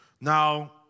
Now